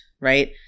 right